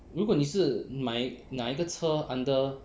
如果你是买哪一个车 under